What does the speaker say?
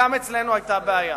גם אצלנו היתה בעיה.